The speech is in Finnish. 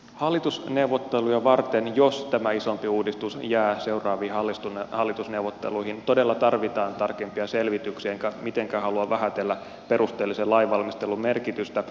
hallitusneuvotteluja varten jos tämä isompi uudistus jää seuraaviin hallitusneuvotteluihin todella tarvitaan tarkempia selvityksiä enkä mitenkään halua vähätellä perusteellisen lainvalmistelun merkitystä